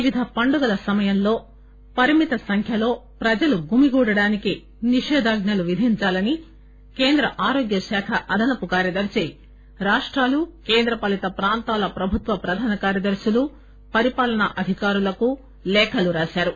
వివిధ పండుగల సమయంలో పరిమిత సంఖ్యలో ప్రజలు గుమిగూడటానికి నిషేధాజ్నలు విధించాలని కేంద్ర ఆరోగ్య శాఖ అదనపు కార్యదర్శి రాష్టాలు కేంద్ర పాలిత ప్రాంతాల ప్రభుత్వ ప్రధాన కార్యదర్శులు పరిపాలనా అధికారులకు లేఖ వ్రాసారు